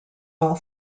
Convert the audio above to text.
all